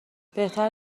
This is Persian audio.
بهتر